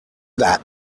that